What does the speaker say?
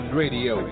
radio